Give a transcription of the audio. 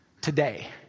today